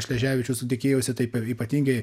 šleževičius tikėjosi taip ypatingai